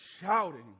shouting